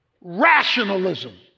rationalism